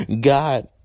God